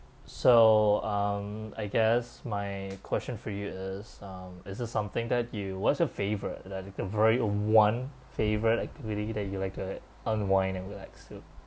so um I guess my question for you is um is there something that you what's your favourite that it can very uh one favourite activity that you like to unwind and relax to